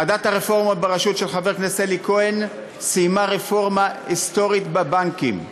ועדת הרפורמות בראשות חבר הכנסת אלי כהן סיימה רפורמה היסטורית בבנקים,